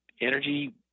energy